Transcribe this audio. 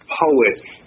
poets